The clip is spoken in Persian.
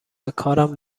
کارم